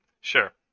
Sure